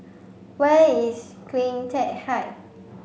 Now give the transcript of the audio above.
where is CleanTech Height